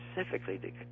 specifically